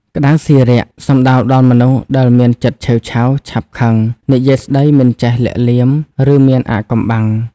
ក្ដៅស៊ីរាក់ សំដៅដល់មនុស្សដែលមានចិត្តឆេវឆាវ ឆាប់ខឹង និយាយស្ដីមិនចេះលាក់លៀម ឬមានអាថ៌កំបាំង ។